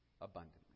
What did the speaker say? abundantly